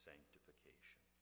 sanctification